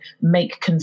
make